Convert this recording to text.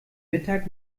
mittag